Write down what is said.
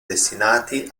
destinati